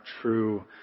true